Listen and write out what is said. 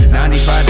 95